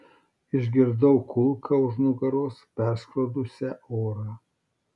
išgirdau kulką už nugaros perskrodusią orą